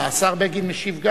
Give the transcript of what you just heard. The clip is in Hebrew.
השר בגין משיב גם.